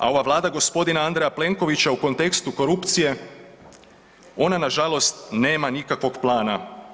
A ova Vlada gospodina Andreja Plenkovića u kontekstu korupcije, ona na žalost nema nikakvog plana.